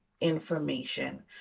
information